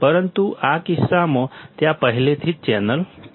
પરંતુ આ કિસ્સામાં ત્યાં પહેલેથી જ ચેનલ છે